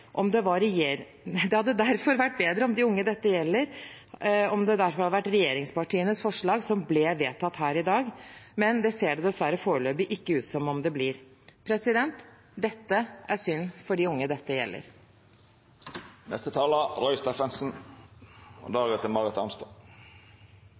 om her i dag. Det hadde derfor vært bedre for de unge dette gjelder, om det var regjeringspartienes forslag som ble vedtatt her i dag, men det ser det dessverre foreløpig ikke ut som om det blir. Dette er synd for de unge dette